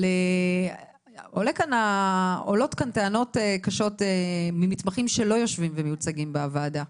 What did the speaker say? אבל עולות כאן טענות קשות ממתמחים שלא יושבים ומיוצגים בוועדה.